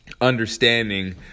understanding